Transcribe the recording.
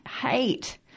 hate